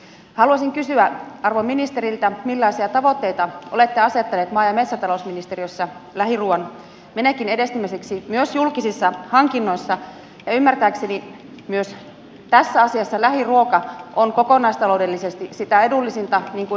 haluaisin kysyä arvon ministeriltä millaisia tavoitteita olette asettaneet maa ja metsätalousministeriössä lähiruuan menekin edistämiseksi myös julkisissa hankinnoissa ja ymmärtääkseni myös tässä asiassa lähiruoka on kokonaistaloudellisesti sitä edullisinta niin kuin hankintalaissa sanotaan